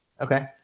Okay